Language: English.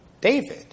David